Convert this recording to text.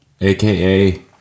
aka